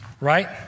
right